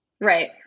Right